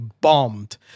bombed